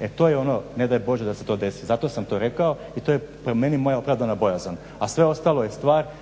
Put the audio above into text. E to je ono ne daj Bože da se to desi. Zato sam to rekao i to je prema meni moja opravdana bojazan, a sve ostalo je stvar